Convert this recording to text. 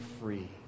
free